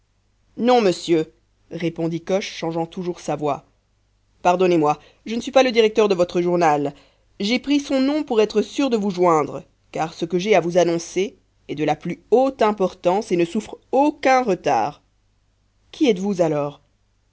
non monsieur répondit coche changeant toujours sa voix pardonnez-moi je ne suis pas le directeur de votre journal j'ai pris son nom pour être sûr de vous joindre car ce que j'ai à vous annoncer est de la plus haute importance et ne souffre aucun retard qui êtes-vous alors